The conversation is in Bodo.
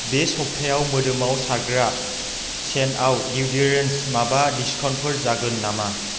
बे सप्तायाव मोदोमाव सारग्रा सेन्टआव दिउदुरेन्स माबा डिसकाउन्टफोर जागोन नामा